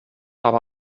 aber